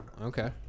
Okay